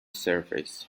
surface